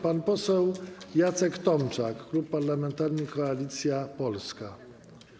Pan poseł Jacek Tomczak, Klub Parlamentarny Koalicja Polska.